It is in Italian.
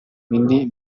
quindi